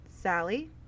Sally